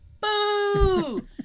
Boo